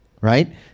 right